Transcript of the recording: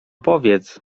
powiedz